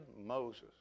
Moses